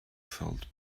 felt